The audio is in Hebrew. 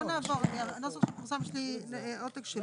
בואו נעבור, הנוסח שפורסם זה העותק שלי.